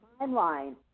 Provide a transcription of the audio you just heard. timeline